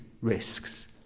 risks